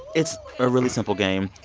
it's a really simple game.